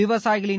விவசாயிகளின்